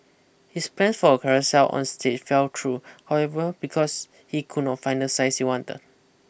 his plan for a carousel on stage fell through however because he could not find the size he wanted